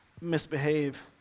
misbehave